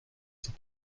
ses